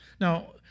Now